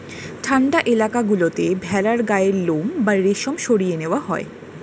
ঠান্ডা এলাকা গুলোতে ভেড়ার গায়ের লোম বা রেশম সরিয়ে নেওয়া হয়